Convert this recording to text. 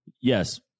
yes